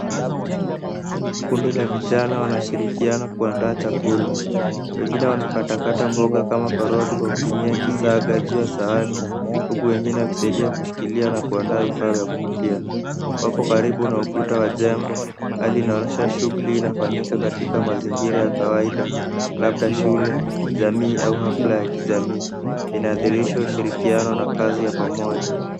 Kundi la vijana wanashirikiana kuandaa chakula. Wengine wanakatakata mboga kama karoti kwa kutumia kisagajio sahani huku wengine wakisaidia kushikilia na kuandaa vifaa vya kupikia. Wako karibu na ukuta wa jengo. Hali inaonyesha shughuli inafanyika katika mazingira ya kawaida, labda shule, jamii au hafla ya kijamii. Inadhirisha ushirikiano na kazi ya pamoja.